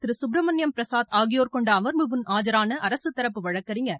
திரு சுப்பிரமணியம் பிரசாத் ஆகியோர் கொண்ட அமர்வு முன் ஆஜரான அரசு தரப்பு வழக்கறிஞர்